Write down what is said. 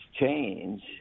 change